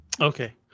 Okay